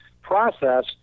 process